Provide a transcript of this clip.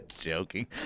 joking